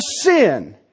sin